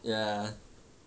ya